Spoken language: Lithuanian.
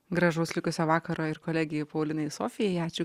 gražus likusio vakaro ir kolegei paulinai sofijai ačiū